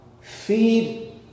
Feed